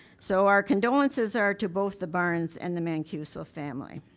so our condolences are to both the barnes and the mancuso family.